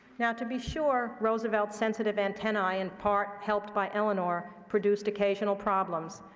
now, to be sure, roosevelt's sensitive antennae, in part helped by eleanor, produced occasional problems.